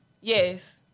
Yes